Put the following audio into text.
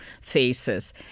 faces